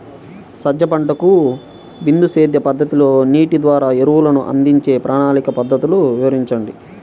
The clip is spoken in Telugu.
సజ్జ పంటకు బిందు సేద్య పద్ధతిలో నీటి ద్వారా ఎరువులను అందించే ప్రణాళిక పద్ధతులు వివరించండి?